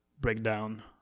breakdown